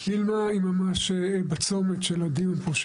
הילמ"ה היא ממש בצומת של הדיון פה,